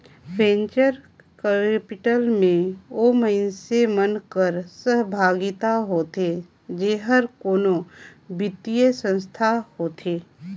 venture capital में ओ मइनसे मन कर सहभागिता होथे जेहर कोनो बित्तीय संस्था होथे